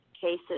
cases